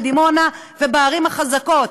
בדימונה ובערים החזקות.